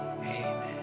amen